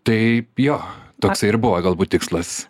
taip jo toksai ir buvo galbūt tikslas